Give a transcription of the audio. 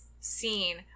scene